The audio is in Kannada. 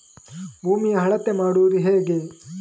ಭೂಮಿಯ ಅಳತೆ ಮಾಡುವುದು ಹೇಗೆ?